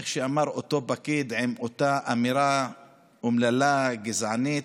איך שאמר אותו פקיד עם אותה אמירה אומללה, גזענית: